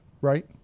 right